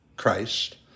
Christ